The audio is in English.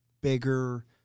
bigger –